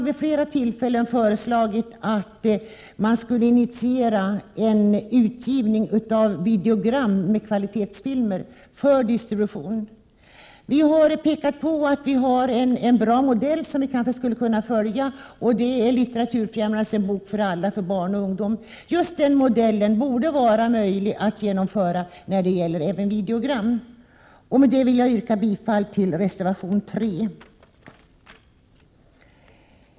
Vid flera tillfällen har vi föreslagit att man skall initiera en utgivning av videogram med kvalitetsfilmer för distribution. Vi har pekat på en bra modell som man kanske skulle kunna följa. Det gäller Litteraturfrämjandets ”En bok för alla” för barn och ungdom. Den modellen borde vara möjlig att genomföra även när det gäller vidogram. Med detta vill jag yrka bifall till reservation nr 3.